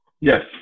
Yes